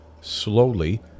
slowly